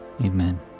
amen